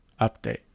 update